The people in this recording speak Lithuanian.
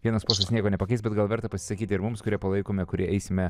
vienas postas nieko nepakeis bet gal verta pasisakyti ir mums kurie palaikome kurie eisime